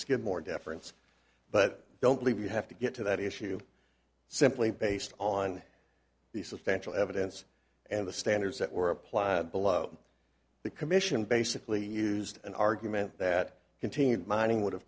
skidmore deference but don't leave you have to get to that issue simply based on the substantial evidence and the standards that were applied below the commission basically used an argument that continued mining would have